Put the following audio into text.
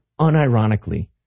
unironically